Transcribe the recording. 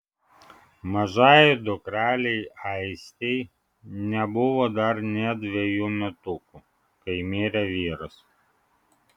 mažajai dukrelei aistei nebuvo dar nė dvejų metukų kai mirė vyras